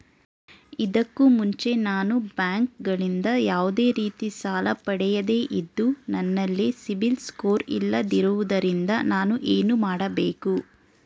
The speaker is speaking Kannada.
ಇದಕ್ಕೂ ಮುಂಚೆ ನಾನು ಬ್ಯಾಂಕ್ ಗಳಿಂದ ಯಾವುದೇ ರೀತಿ ಸಾಲ ಪಡೆಯದೇ ಇದ್ದು, ನನಲ್ಲಿ ಸಿಬಿಲ್ ಸ್ಕೋರ್ ಇಲ್ಲದಿರುವುದರಿಂದ ನಾನು ಏನು ಮಾಡಬೇಕು?